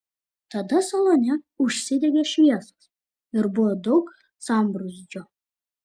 tada salone užsidegė šviesos ir buvo daug sambrūzdžio